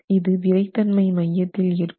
இது விறைத்தன்மை மையத்தில் ஏற்படும்